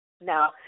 Now